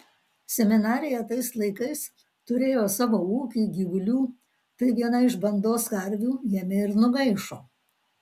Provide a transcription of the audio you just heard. seminarija tais laikais turėjo savo ūkį gyvulių tai viena iš bandos karvių ėmė ir nugaišo